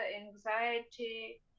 anxiety